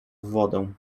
wodę